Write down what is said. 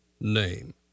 name